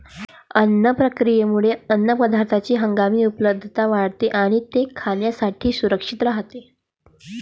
अन्न प्रक्रियेमुळे अन्नपदार्थांची हंगामी उपलब्धता वाढते आणि ते खाण्यासाठी सुरक्षित राहते